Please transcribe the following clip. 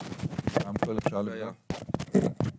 של רב-סמל דוד יהודה יצחק ז"ל,